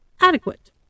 adequate